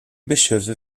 bischöfe